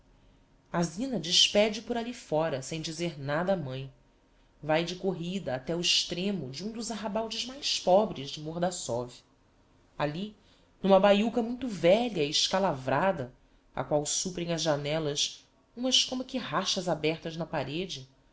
a zina despede por ali fora sem dizer nada á mãe vae de corrida até o extremo de um dos arrabaldes mais pobres de mordassov ali n'uma baiuca muito velha e escalavrada á qual suprem as janelas umas como que ráchas abertas nas paredes